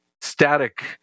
static